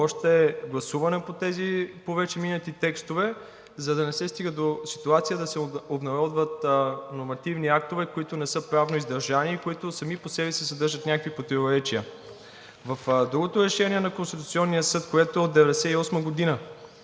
още гласуване по тези вече минати текстове, за да не се стига до ситуация да се обнародват нормативни актове, които не са правно издържани и които сами по себе си съдържат някакви противоречия. В другото решение на Конституционния съд, което е от 1998 г.,